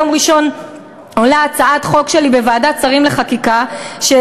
ביום ראשון עולה בוועדת שרים לחקיקה הצעת חוק שלי,